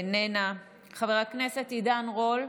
איננה, חבר הכנסת עידן רול,